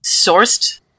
sourced